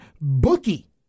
bookie